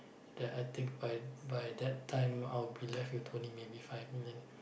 then I think by by that time I'll be left with only maybe five million